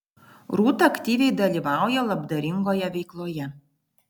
rūta aktyviai dalyvauja labdaringoje veikloje